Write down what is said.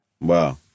wow